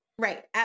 Right